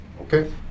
Okay